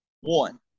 One